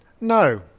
no